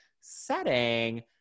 setting